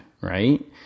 right